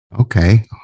Okay